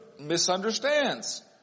misunderstands